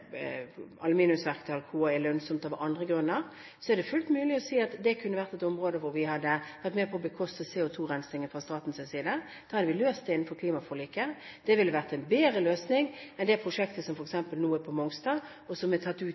kunne vært et område hvor vi kunne vært med på å bekoste CO2-rensingen fra statens side. Da hadde vi løst det innenfor klimaforliket. Det ville vært en bedre løsning enn f.eks. prosjektet på Mongstad, som har dratt ut i tid og dratt ut i tid. Vi må på en måte ha en mulighet til å være fleksible. Hovedutfordringen er